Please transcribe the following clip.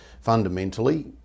fundamentally